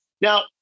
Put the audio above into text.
Now